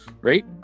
right